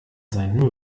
seinen